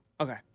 Okay